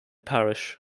parish